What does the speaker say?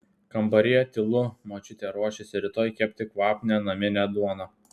kambaryje tylu močiutė ruošiasi rytoj kepti kvapnią naminę duoną